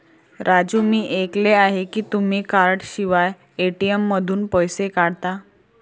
राजू मी ऐकले आहे की तुम्ही कार्डशिवाय ए.टी.एम मधून पैसे काढता